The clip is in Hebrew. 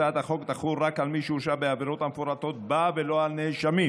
הצעת החוק תחול רק על מי שהורשע בעבירות המפורטות בה ולא על נאשמים,